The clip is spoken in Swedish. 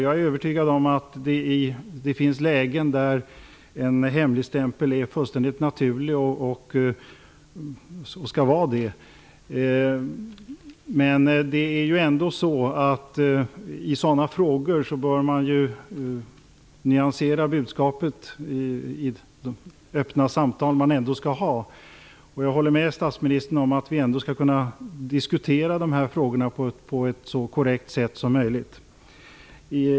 Jag är övertygad om att det finns lägen där en hemligstämpel är fullkomligt naturlig och befogad. I sådana lägen bör man dock nyansera budskapet i de öppna samtal man ändå skall föra. Jag håller med statsministern om att vi ändå skall kunna diskutera dessa frågor på ett så korrekt sätt som möjligt.